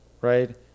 right